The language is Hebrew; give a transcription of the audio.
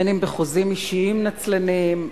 אם בחוזים אישיים נצלניים,